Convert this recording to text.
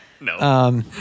No